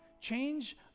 Change